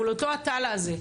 מול אותו עטאללה הזה,